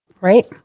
right